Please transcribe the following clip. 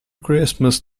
christmas